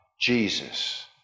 Jesus